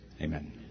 Amen